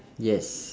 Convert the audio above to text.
yes